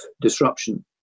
disruption